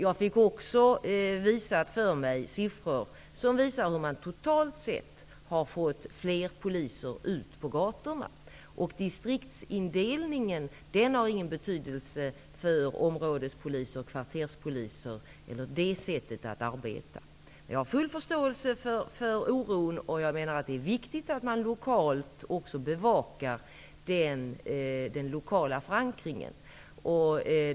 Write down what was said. Jag fick också redovisat för mig siffror som visar hur man totalt sett har fått fler poliser ut på gatorna. Distriktsindelningen har ingen betydelse för områdes och kvarterspolisernas sätt att arbeta. Jag har full förståelse för oron. Jag menar att det är viktigt att bevaka den lokala förankringen.